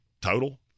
total